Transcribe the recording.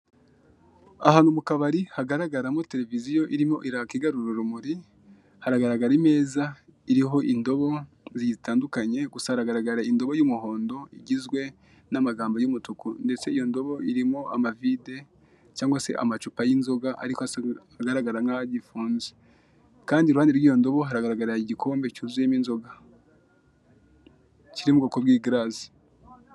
Ahantu mu kabari hagaragaramo televiziyo irimo iraka igarura urumuri, haragaragara imeza iriho indobo zitandukanye, gusa haragaragara indobo y'umuhondo igizwe n'amagambo y'umutuku, ndetse iyo ndobo irimo amavide cyangwa se amacupa y' inzoga ariko agaragara nkaho agifunze. Kandi igikombe kirimo inzoga, kiri mu bwoko bw'igarase.